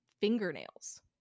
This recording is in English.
fingernails